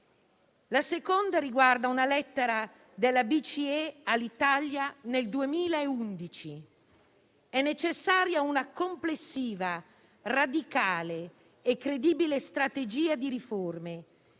La seconda riguarda una lettera della BCE al Governo italiano nel 2011: «È necessaria una complessiva, radicale e credibile strategia di riforme,